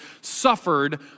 suffered